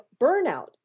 burnout